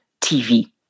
TV